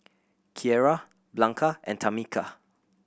Kiera Blanca and Tamica